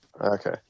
Okay